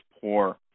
poor